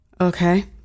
Okay